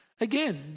again